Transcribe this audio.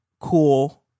cool